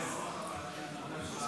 נתקבלו.